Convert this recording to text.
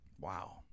wow